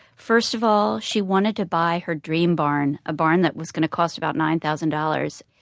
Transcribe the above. first of all, she wanted to buy her dream barn, a barn that was going to cost about nine thousand dollars.